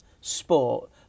sport